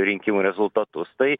rinkimų rezultatus tai